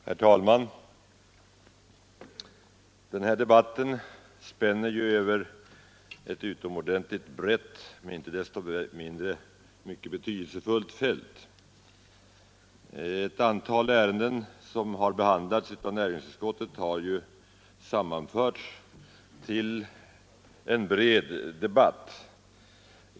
Herr talman! Den här debatten spänner över ett utomordentligt brett men inte desto mindre mycket betydelsefullt fält. Ett antal ärenden som har behandlats i näringsutskottet har sammanförts och bildar grundvalen för en bred debatt.